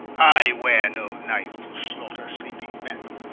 i weare no knife, to slaughter sleeping men,